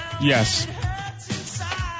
Yes